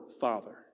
Father